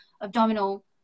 abdominal